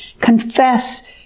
confess